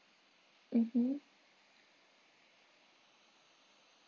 mmhmm